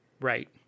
Right